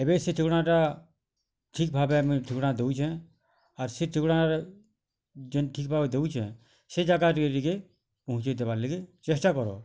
ଏବେ ସେ ଠିକଣାଟା ଠିକ୍ ଭାବେ ଆମେ ଠିକଣା ଦଉଛେଁ ଆର୍ ସେ ଠିକଣାରେ ଯେନ୍ ଠିକ୍ ଭାବେ ଦଉଛେଁ ସେ ଜାଗାରେ ଟିକେ ଟିକେ ପହୁଁଞ୍ଚେଇ ଦେବାର୍ ଲାଗି ଚେଷ୍ଟା କର